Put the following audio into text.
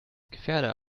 gefährder